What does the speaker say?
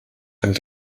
held